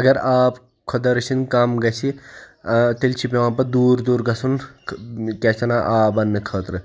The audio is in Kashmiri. اگر آب خۄدا رٔچھِن کم گژھہِ ٲں تیٚلہِ چھِ پیٚوان پَتہٕ دوٗر دوٗر گژھُن کیٛاہ چھِ وَنان آب اَننہٕ خٲطرٕ